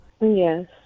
Yes